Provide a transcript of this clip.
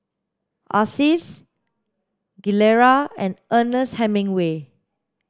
Asics Gilera and Ernest Hemingway